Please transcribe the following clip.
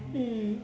mm